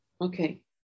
okay